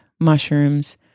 mushrooms